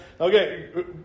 okay